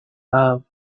love